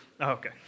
Okay